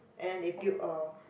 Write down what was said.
and they build a